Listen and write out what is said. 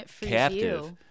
captive